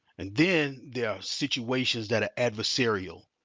and then there are situations that are adversarial.